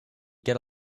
get